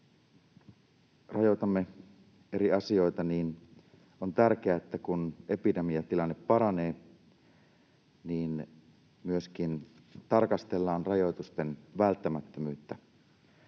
rajoitamme eri asioita, on tärkeää, että kun epidemiatilanne paranee, niin myöskin tarkastellaan rajoitusten välttämättömyyttä,